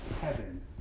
heaven